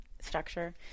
structure